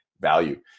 value